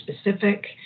specific